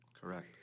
Correct